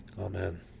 Amen